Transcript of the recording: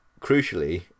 crucially